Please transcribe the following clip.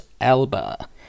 Elba